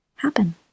happen